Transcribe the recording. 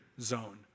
zone